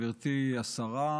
גברתי השרה,